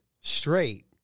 straight